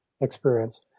experience